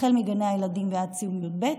מגני הילדים ועד סיום י"ב,